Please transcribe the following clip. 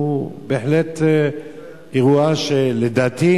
הוא בהחלט אירוע שלדעתי